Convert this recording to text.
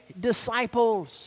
disciples